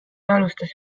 alustas